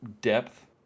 depth